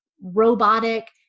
robotic